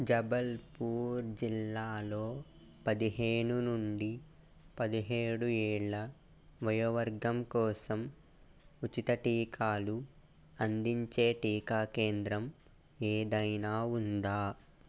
జబల్పూర్ జిల్లాలో పదిహేను నుండి పదిహేడు ఏళ్ళ వయోవర్గం కోసం ఉచిత టీకాలు అందించే టీకా కేంద్రం ఏదైనా ఉందా